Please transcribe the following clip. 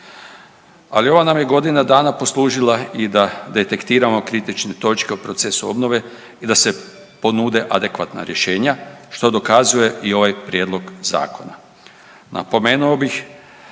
Ali ova nam je godina dana poslužila i da detektiramo kritične točke o procesu obnove i da se ponude adekvatna rješenja što dokazuje i ovaj prijedlog zakona.